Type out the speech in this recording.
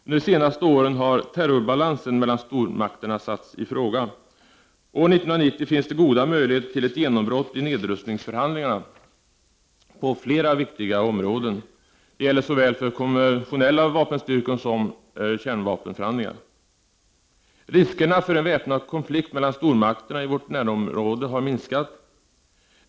Under de senaste åren har terrorbalansen mellan stormakterna satts i fråga. År 1990 finns det goda möjligheter till ett genombrott i nedrustningsförhandlingarna på flera viktiga områden. Det gäller för såväl konventionella vapenstyrkor som kärnvapenförhandlingar. Riskerna för en väpnad konflikt mellan stormakterna i vårt närområde har minskat.